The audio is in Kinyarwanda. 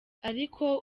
ariko